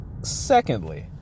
Secondly